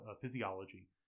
physiology